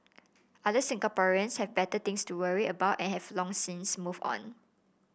other Singaporeans have better things to worry about and have long since moved on